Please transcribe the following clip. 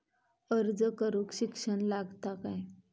अर्ज करूक शिक्षण लागता काय?